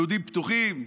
יהודים פתוחים,